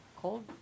cold